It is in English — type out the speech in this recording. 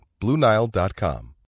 BlueNile.com